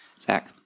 Zach